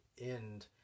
end